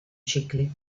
cicli